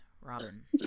Robin